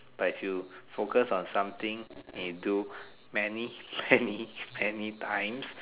but if you focus on something and you do many many many times